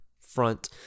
front